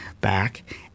back